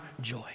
joy